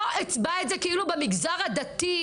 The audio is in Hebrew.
לא אצבע את זה כאילו במגזר הדתי,